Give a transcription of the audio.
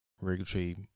regulatory